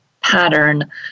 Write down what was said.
pattern